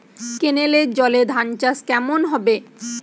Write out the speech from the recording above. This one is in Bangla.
কেনেলের জলে ধানচাষ কেমন হবে?